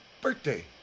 birthday